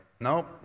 No